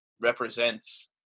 represents